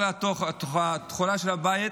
כל התכולה של הבית